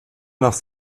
nach